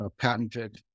patented